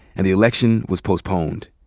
and the election was postponed.